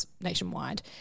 nationwide